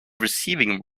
receiving